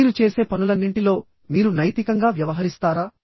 మీరు చేసే పనులన్నింటిలో మీరు నైతికంగా వ్యవహరిస్తారా